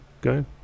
go